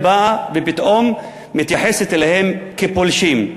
ישראל באה ופתאום מתייחסת אליהם כאל פולשים.